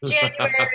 January